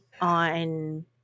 on